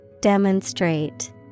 Demonstrate